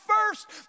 first